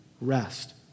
rest